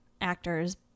actors